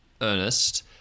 Ernest